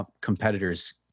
competitors